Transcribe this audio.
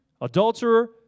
adulterer